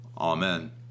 amen